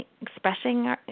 expressing